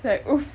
like !oof!